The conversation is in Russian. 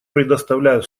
предоставляю